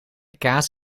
kaas